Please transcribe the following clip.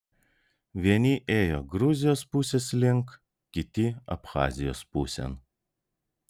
vieni ėjo gruzijos pusės link kiti abchazijos pusėn